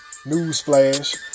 Newsflash